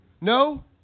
No